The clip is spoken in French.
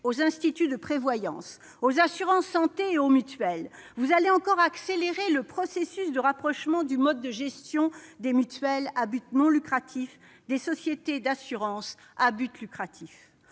aux instituts de prévoyance, aux assurances santé et aux mutuelles, vous allez encore accélérer le processus de rapprochement du mode de gestion des mutuelles à but non lucratif de celui des sociétés d'assurances à but lucratif.